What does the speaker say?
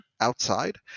outside